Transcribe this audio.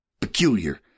Peculiar